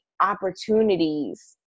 opportunities